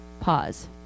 pause